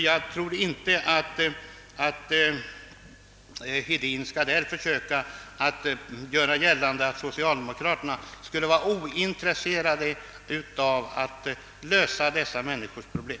Jag tror inte att herr Hedin skall försöka göra gällande, att socialdemokraterna skulle vara ointresserade av att lösa dessa människors problem.